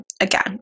again